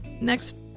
next